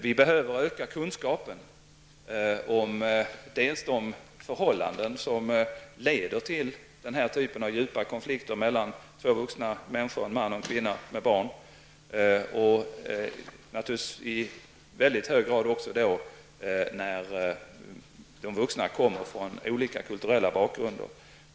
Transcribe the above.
Vi behöver öka kunskapen om de förhållanden som leder till den här typen av djupa konflikter mellan två vuxna människor, en man och en kvinna med barn, och i mycket hög grad även när de vuxna kommer från olika kulturella bakgrunder.